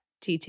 TT